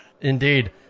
Indeed